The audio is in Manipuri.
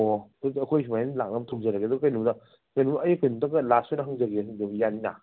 ꯑꯣ ꯑꯩꯈꯣꯏꯁꯨ ꯑꯩꯈꯣꯏ ꯁꯨꯃꯥꯏꯅ ꯂꯥꯛꯅꯕ ꯇꯧꯖꯔꯒꯦ ꯑꯗꯨ ꯀꯩꯅꯣꯝꯇ ꯀꯩꯅꯣ ꯑꯩ ꯀꯩꯅꯣꯝꯇꯒ ꯂꯥꯁ ꯑꯣꯏꯅ ꯍꯪꯖꯒꯦ ꯍꯪꯖꯕ ꯌꯥꯅꯤꯅ